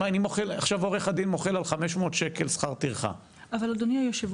עכשיו עורך הדין מוחל על 500 שקלים שכר טרחה מה העיוות?